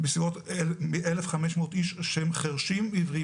בסביבות 1,500 איש שהם חירשים-עיוורים,